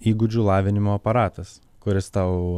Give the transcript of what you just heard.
įgūdžių lavinimo aparatas kuris tau